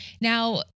Now